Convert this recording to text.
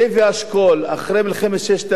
נאם נאום מאוד חשוב לאומה ואמר,